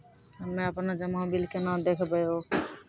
हम्मे आपनौ जमा बिल केना देखबैओ?